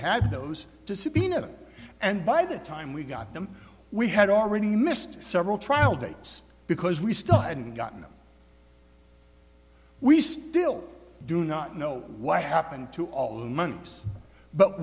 subpoena and by the time we got them we had already missed several trial dates because we still hadn't gotten them we still do not know what happened to all the months but